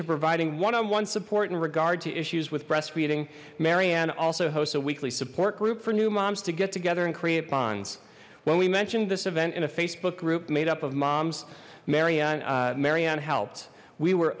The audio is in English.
to providing one on one support in regard to issues with breastfeeding marianne also hosts a weekly support group for new moms to get together in create bonds when we mentioned this event in a facebook group made up of moms mary ann mary ann helped we were